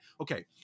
okay